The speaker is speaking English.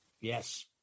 Yes